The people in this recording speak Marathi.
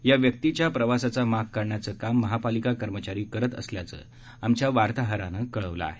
या व्यक्तीच्या प्रवासाचा माग काढण्याचं काम महापालिका कर्मचारी करत असल्याचं आमच्या वार्ताहरानं कळवलं आहे